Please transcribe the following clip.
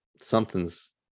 something's